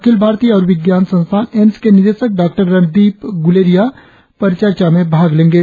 अखिल भारतीय आय्र्विज्ञान संस्थान एम्स के निदेशक डॉक्टर रणदीप ग्लेरिया परिचर्चा में भाग लेंगे